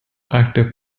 active